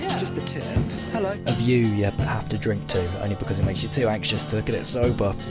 and just the tip. hello! a view you yeah but have to drink to, only because it makes you too anxious to look at it sober.